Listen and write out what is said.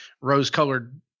rose-colored